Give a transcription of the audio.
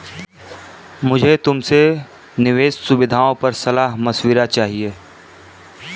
मुझे तुमसे निवेश सुविधाओं पर सलाह मशविरा चाहिए